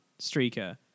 streaker